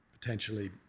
potentially